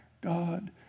God